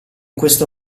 questo